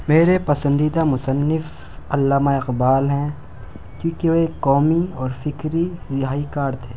میرے پسندیدہ مصنف علامہ اقبال ہیں کیوں کہ وہ ایک قومی اور فکری رہائی کار تھے